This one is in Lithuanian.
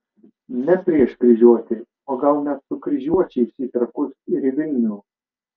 ne prieš kryžiuotį o gal net su kryžiuočiais į trakus ir į vilnių